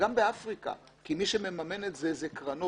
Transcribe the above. גם באפריקה, כי מי שממן את זה אלה קרנות